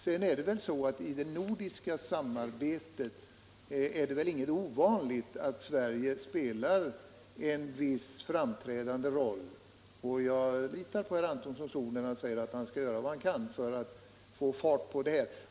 Vidare är det väl i det nordiska samarbetet inte ovanligt att Sverige spelar en viss framträdande roll. Jag litar på herr Antonssons ord när han säger att han skall göra vad han kan för att få fart på det här.